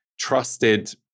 trusted